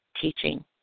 teaching